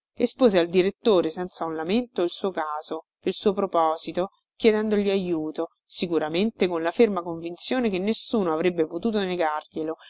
istanti espose al direttore senza un lamento il suo caso il suo proposito chiedendogli ajuto sicuramente con la ferma convinzione che nessuno avrebbe potuto negarglielo